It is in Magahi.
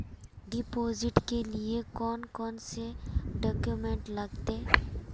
डिपोजिट के लिए कौन कौन से डॉक्यूमेंट लगते?